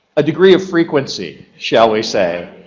a degree of frequency shall we say